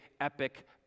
epic